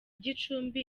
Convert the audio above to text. gicumbi